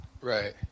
Right